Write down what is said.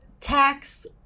tax